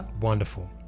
Wonderful